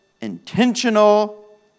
intentional